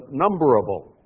numberable